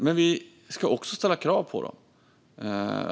Men vi ska också ställa krav på dem.